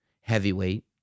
Heavyweight